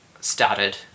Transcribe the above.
started